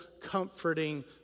comforting